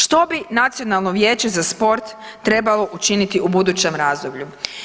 Što bi Nacionalno vijeće za sport trebalo učiniti u budućem razdoblju?